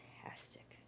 fantastic